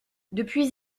depuis